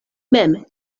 mem